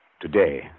Today